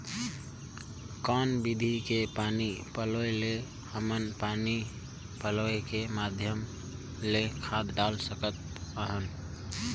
कौन विधि के पानी पलोय ले हमन पानी पलोय के माध्यम ले खाद डाल सकत हन?